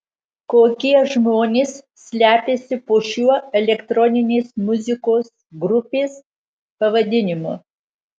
kokie žmonės slepiasi po šiuo elektroninės muzikos grupės pavadinimu